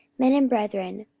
men and brethren,